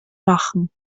machen